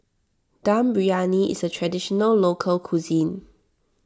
Dum Briyani is a Traditional Local Cuisine